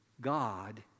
God